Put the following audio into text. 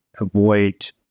avoid